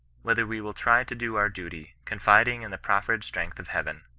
whether we will try to do our duty, confiding in the proffered strength of heaven,